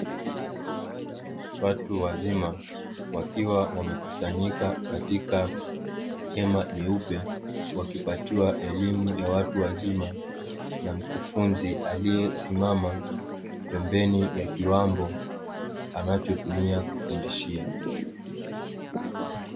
Watu wazima wakiwa wamekusanyika katika hema jeupe, wakipatiwa elimu ya watu wazima na mkufunzi aliyesimama pembeni ya kiwambo anachotumia kufundishia.